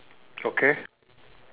okay